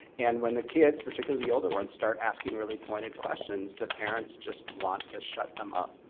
and when the kids, particularly the older ones, start asking really pointed questions, the parents just want to shut them up.